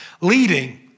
Leading